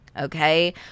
okay